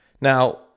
Now